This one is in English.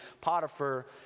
Potiphar